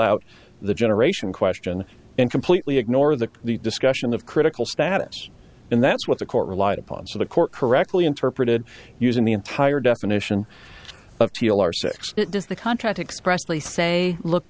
out the generation question and completely ignore the the discussion of critical status and that's what the court relied upon so the court correctly interpreted using the entire definition does the contract expressly say look